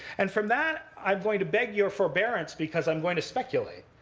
and from that, i'm going to beg your forbearance, because i'm going to speculate.